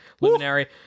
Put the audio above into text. luminary